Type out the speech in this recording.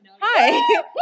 Hi